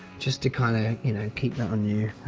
just to kind of, you know, keep that on you